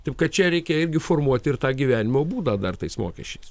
taip kad čia reikia irgi formuoti ir tą gyvenimo būdą dar tais mokesčiais